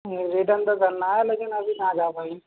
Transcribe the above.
ہاں جی ریٹرن تو کرنا ہے لیکن ابھی کہاں جا پائیں گے